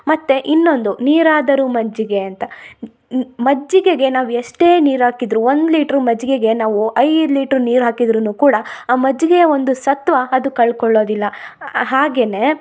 ಮತ್ತು ಇನ್ನೊಂದು ನೀರಾದರು ಮಜ್ಜಿಗೆ ಅಂತ ನಿ ಮಜ್ಜಿಗೆಗೆ ನಾವು ಎಷ್ಟೇ ನೀರು ಹಾಕಿದ್ರು ಒಂದು ಲೀಟ್ರ್ ಮಜ್ಗೆಗೆ ನಾವು ಐದು ಲೀಟ್ರ್ ನೀರು ಹಾಕಿದ್ದರೂನು ಕೂಡ ಆ ಮಜ್ಗೆ ಒಂದು ಸತ್ವ ಅದು ಕಳ್ಕೊಳ್ಳೊದಿಲ್ಲ ಹಾಗೆನೇ